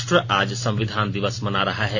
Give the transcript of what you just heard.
राष्ट्र आज संविधान दिवस मना रहा है